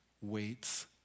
waits